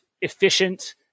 efficient